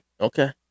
Okay